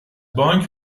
بانک